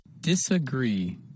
disagree